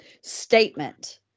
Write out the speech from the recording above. statement